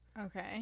okay